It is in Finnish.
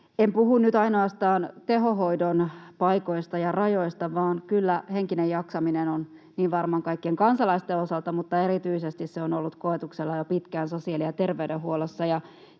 En puhu nyt ainoastaan tehohoidon paikoista ja rajoista, vaan kyllä henkinen jaksaminen varmaan kaikkien kansalaisten osalta mutta erityisesti se on ollut koetuksella jo pitkään sosiaali‑ ja terveydenhuollossa,